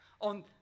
on